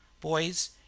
Boys